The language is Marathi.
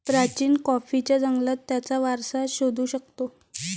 प्राचीन कॉफीच्या जंगलात त्याचा वारसा शोधू शकतो